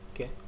Okay